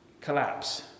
collapse